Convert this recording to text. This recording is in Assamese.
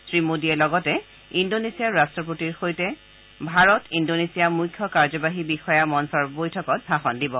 শ্ৰীমোদীয়ে লগতে ইণ্ডোনেছিয়াৰ ৰট্টপতিৰ সৈতে ভাৰত ইণ্ডোনেছিয়া মুখ্য কাৰ্যবাহী বিষয়া মঞ্চৰ বৈঠকত ভাষণ দিব